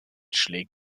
schlägt